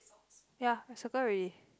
ya I circle already